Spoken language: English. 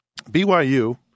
BYU